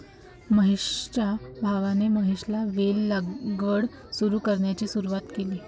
महेशच्या भावाने महेशला वेल लागवड सुरू करण्याची सूचना केली